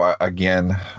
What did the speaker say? Again